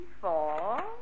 four